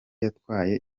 yatwaye